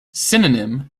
synonym